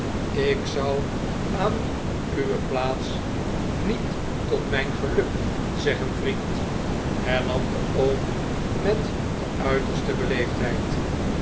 ik zou aan uwe plaats niet tot mjjn geluk zeggen vriend hernam de oom met de uiterste